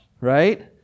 Right